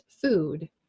food